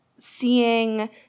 seeing